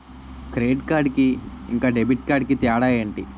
Credit card కి ఇంకా debit card కి తేడా ఏంటి?